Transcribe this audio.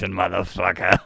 motherfucker